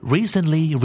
Recently